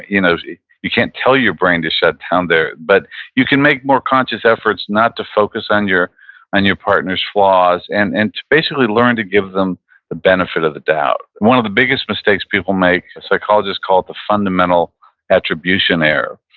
you know you can't tell your brain to shut down there, but you can make more conscious efforts not to focus on your and your partner's flaws and and to basically learn to give them the benefit of the doubt. one of the biggest mistakes people make, psychologists call it the fundamental attribution error,